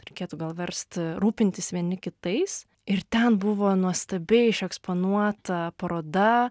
reikėtų gal verst rūpintis vieni kitais ir ten buvo nuostabiai išeksponuota paroda